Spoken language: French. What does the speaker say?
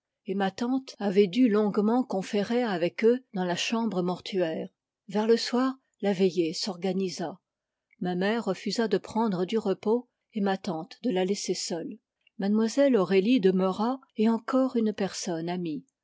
et ma tante avait dû longuement conférer avec eux dans la chambre mortuaire vers le soir la veillée s'organisa ma mère refusa de prendre du repos et ma tante de la laisser seule mlle aurélie demeura et encore une personne amie